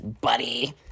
buddy